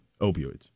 opioids